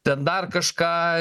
ten dar kažką